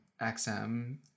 XM